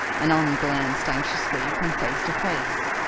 annon glanced anxiously from face to face,